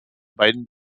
beiden